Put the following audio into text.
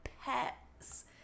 pets